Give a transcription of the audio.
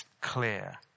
clear